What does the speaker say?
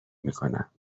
میکنم